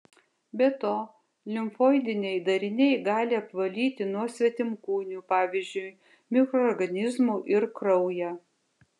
be to limfoidiniai dariniai gali apvalyti nuo svetimkūnių pavyzdžiui mikroorganizmų ir kraują